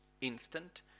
instant